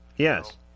Yes